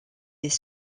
des